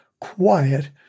quiet